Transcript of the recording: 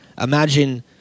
imagine